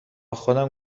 خودم